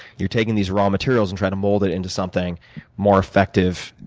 you're taking these raw materials, and try to mold it into something more effective,